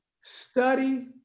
study